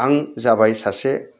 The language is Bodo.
आं जाबाय सासे